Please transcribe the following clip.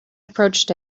approached